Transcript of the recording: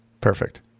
Perfect